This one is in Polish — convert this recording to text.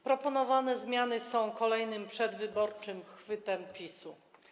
Proponowane zmiany są kolejnym przedwyborczym chwytem PiS-u.